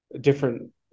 different